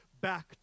back